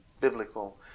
biblical